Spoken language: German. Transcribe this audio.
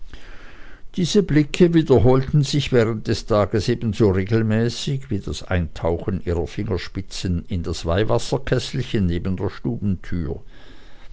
diese blicke wiederholten sich während des tages ebenso regelmäßig wie das eintauchen ihrer fingerspitzen in das weihwasserkesselchen neben der